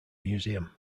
museum